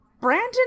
Brandon